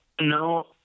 No